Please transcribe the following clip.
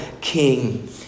king